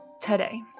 today